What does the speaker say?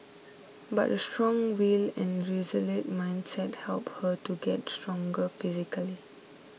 but a strong will and resolute mindset helped her to get stronger physically